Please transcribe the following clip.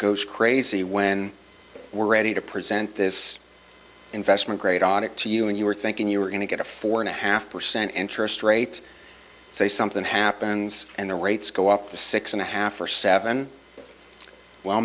goes crazy when we're ready to present this investment grade on it to you and you were thinking you were going to get a four and a half percent interest rate so if something happens and the rates go up to six and a half or seven well